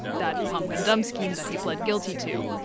that pump-and-dump scheme that he pled guilty to.